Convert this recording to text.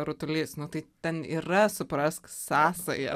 rutulys nu tai ten yra suprask sąsaja